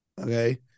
Okay